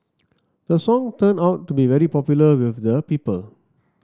the song turned out to be very popular with the people